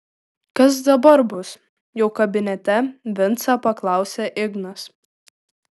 kas dabar bus jau kabinete vincą paklausė ignas